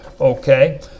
Okay